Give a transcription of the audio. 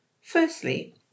Firstly